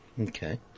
Okay